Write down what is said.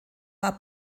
war